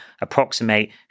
approximate